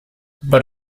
but